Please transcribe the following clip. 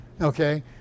Okay